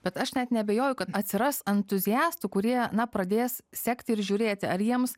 bet aš net neabejoju kad atsiras entuziastų kurie na pradės sekti ir žiūrėti ar jiems